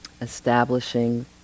establishing